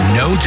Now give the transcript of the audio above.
no